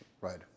right